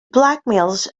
blackmails